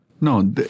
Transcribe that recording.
No